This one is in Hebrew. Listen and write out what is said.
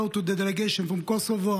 Hello to the delegation from Kosovo.